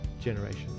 generation